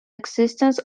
existence